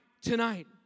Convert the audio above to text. tonight